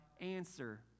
answer